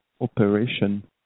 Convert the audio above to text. operation